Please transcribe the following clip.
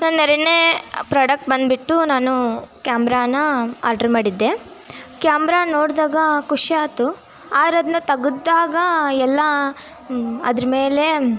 ನನ್ನ ಎರಡನೇ ಪ್ರಡಕ್ಟ್ ಬಂದುಬಿಟ್ಟು ನಾನು ಕ್ಯಾಮ್ರಾನ ಆರ್ಡ್ರ್ ಮಾಡಿದ್ದೆ ಕ್ಯಾಮ್ರ ನೋಡಿದಾಗ ಖುಷಿ ಆಯ್ತು ಆದ್ರ್ ಅದನ್ನ ತಗದ್ದಾಗ ಎಲ್ಲ ಅದ್ರ ಮೇಲೆ